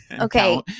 Okay